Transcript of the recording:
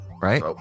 Right